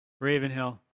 Ravenhill